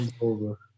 over